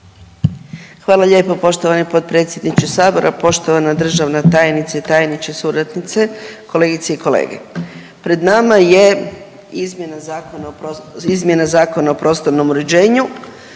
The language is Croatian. Hvala lijepo poštovani potpredsjedniče Sabora, poštovana državna tajnice i tajniče, suradnice, kolegice i kolege. 3:00; 6:60. Ja sam bila jedna od onih i to uopće